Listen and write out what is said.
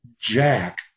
Jack